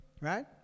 Right